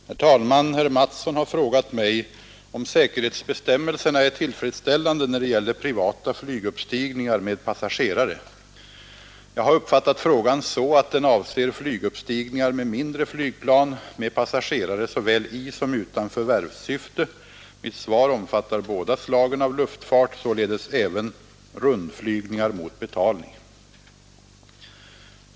Herr talman! Herr Mattsson i Lane-Herrestad har frågat mig om säkerhetsbestämmelserna är tillfredsställande när det gäller privata flyguppstigningar med passagerare. Jag har uppfattat frågan så att den avser flyguppstigningar med mindre flygplan med passagerare såväl i som utan förvärvssyfte. Mitt svar omfattar båda slagen av luftfart, således även rundflygningar mot betalning.